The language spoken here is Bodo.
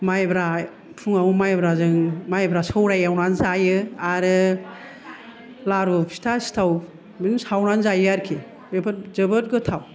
माइब्रा फुंआव माइब्राजों माइब्रा सौराइ एवनानै जायो आरो लारु फिथा सिथाव बिदिनो सावनानै जायो आरोखि बेफोर जोबोर गोथाव